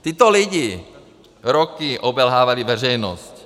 Tito lidé roky obelhávali veřejnost.